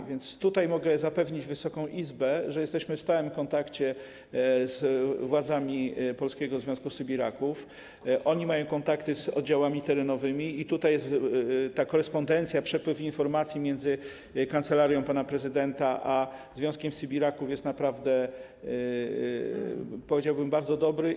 A więc mogę zapewnić Wysoką Izbę, że jesteśmy w stałym kontakcie z władzami polskiego Związku Sybiraków, które mają kontakty z oddziałami terenowymi, i ta korespondencja, przepływ informacji między kancelarią pana prezydenta a Związkiem Sybiraków jest naprawdę, powiedziałbym, bardzo dobry.